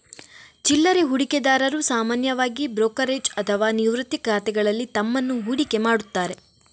ಚಿಲ್ಲರೆ ಹೂಡಿಕೆದಾರರು ಸಾಮಾನ್ಯವಾಗಿ ಬ್ರೋಕರೇಜ್ ಅಥವಾ ನಿವೃತ್ತಿ ಖಾತೆಗಳಲ್ಲಿ ತಮ್ಮನ್ನು ಹೂಡಿಕೆ ಮಾಡುತ್ತಾರೆ